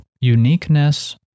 uniqueness